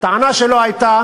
הטענה שלו הייתה